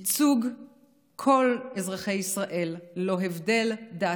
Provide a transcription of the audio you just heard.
ייצוג כל אזרחי ישראל ללא הבדלי דת,